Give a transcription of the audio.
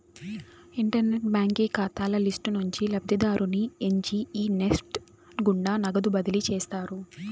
internet బాంకీ కాతాల list నుంచి లబ్ధిదారుని ఎంచి ఈ నెస్ట్ గుండా నగదు బదిలీ చేస్తారు